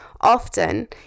often